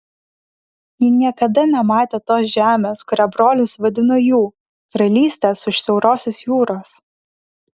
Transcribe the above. ji niekada nematė tos žemės kurią brolis vadino jų karalystės už siaurosios jūros